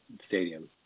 stadium